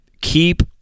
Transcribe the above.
keep